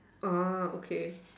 okay